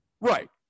Right